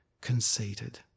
conceited